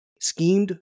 schemed